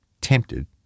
tempted